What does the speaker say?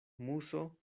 muso